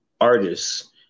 artists